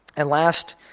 and last,